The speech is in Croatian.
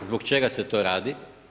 Zbog čega se to radi?